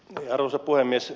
arvoisa puhemies